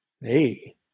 hey